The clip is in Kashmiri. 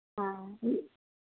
آ یہِ